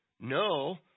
No